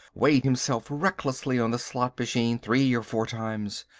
weighed himself recklessly on the slot machine three or four times,